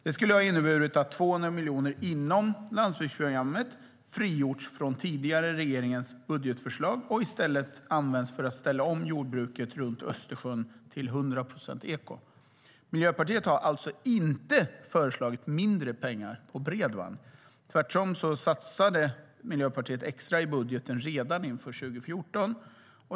Det skulle ha inneburit att 200 miljoner inom Landsbygdsprogrammet frigjorts från den tidigare regeringens budgetförslag och i stället använts för att ställa om jordbruket runt Östersjön till 100 procent eko. Miljöpartiet har alltså inte föreslagit mindre pengar till bredband. Tvärtom satsade Miljöpartiet extra i budgeten redan inför 2014.